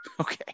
Okay